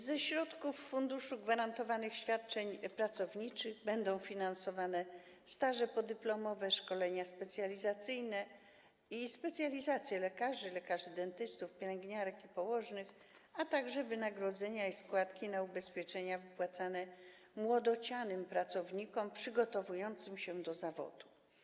Ze środków Funduszu Gwarantowanych Świadczeń Pracowniczych będą finansowane staże podyplomowe, szkolenia specjalizacyjne i specjalizacje lekarzy, lekarzy dentystów, pielęgniarek i położnych, a także wynagrodzenia i składki na ubezpieczenia wypłacane młodocianym pracownikom przygotowującym się do zawodu.